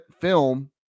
film